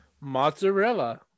Mozzarella